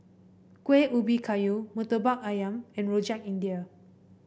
Kueh Ubi Kayu murtabak ayam and Rojak India